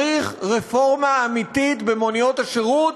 צריך רפורמה אמיתית במוניות השירות.